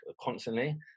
constantly